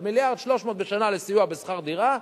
של מיליארד ו-300 בשנה לסיוע בשכר-דירה,